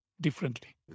differently